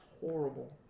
horrible